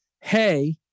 Hey